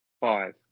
five